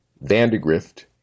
Vandegrift